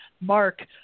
Mark